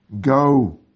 go